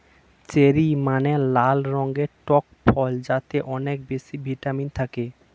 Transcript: cherry মানে লাল রঙের টক ফল যাতে অনেক বেশি ভিটামিন থাকে